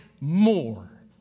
more